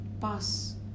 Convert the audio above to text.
pass